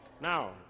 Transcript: Now